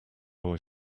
boy